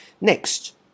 Next